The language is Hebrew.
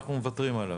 אנחנו מוותרים עליו.